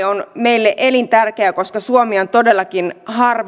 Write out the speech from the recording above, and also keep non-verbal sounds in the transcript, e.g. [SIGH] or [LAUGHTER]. [UNINTELLIGIBLE] on meille elintärkeä koska suomi on todellakin